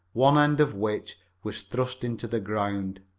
one end of which was thrust into the ground.